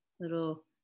little